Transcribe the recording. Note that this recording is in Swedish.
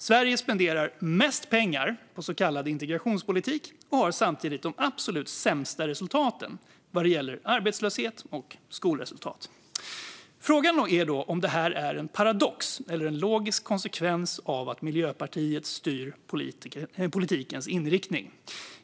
Sverige spenderar alltså mest pengar på så kallad integrationspolitik och har samtidigt de absolut sämsta resultaten vad gäller arbetslöshet och skolresultat. Frågan är då om det här är en paradox eller en logisk konsekvens av att Miljöpartiet styr politikens inriktning.